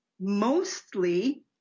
mostly